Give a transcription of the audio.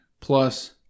plus